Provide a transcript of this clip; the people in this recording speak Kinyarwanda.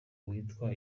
witwa